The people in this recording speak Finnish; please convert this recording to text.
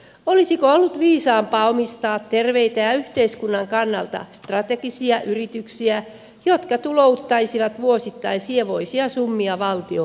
olisiko ollut viisaampaa omistaa terveitä ja yhteiskunnan kannalta strategisia yrityksiä jotka tulouttaisivat vuosittain sievoisia summia valtion budjettiin